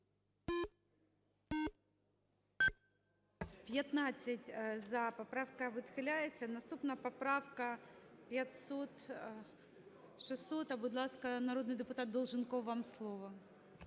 За-15 Поправка відхиляється. Наступна поправка 560. Будь ласка, народний депутат Долженков вам слово.